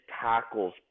tackles